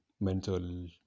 mental